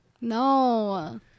No